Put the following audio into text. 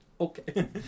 okay